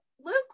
Luke